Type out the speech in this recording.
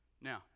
Now